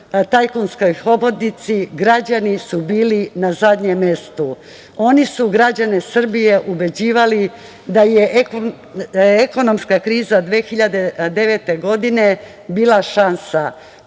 tajkunskoj hobotnici građani su bili na zadnjem mestu. Oni su građane Srbije ubeđivali da je ekonomska kriza 2009. godine bila šansa,